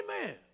Amen